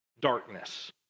darkness